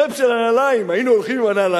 הקרפ של הנעליים, היינו הולכים עם הנעליים,